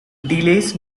delays